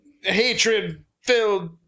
hatred-filled